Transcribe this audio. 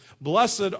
Blessed